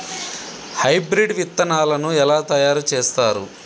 Hybrid విత్తనాలను ఎలా తయారు చేస్తారు?